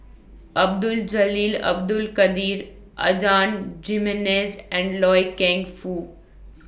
Abdul Jalil Abdul Kadir Adan Jimenez and Loy Keng Foo